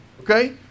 okay